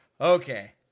okay